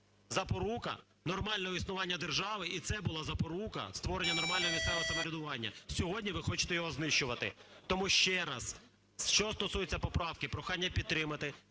запорука нормального існування держави, і це була запорука створення нормального місцевого самоврядування. Сьогодні ви хочете його знищувати. Тому ще раз, що стосується поправки, прохання – підтримати.